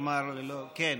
כלומר, כן.